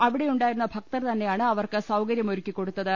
അവിടെ യുണ്ടായിരുന്ന ഭക്തർ തന്നെയാണ് അവർക്ക് സൌകര്യം ഒരുക്കിക്കൊടു ത്തത്